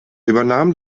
übernahm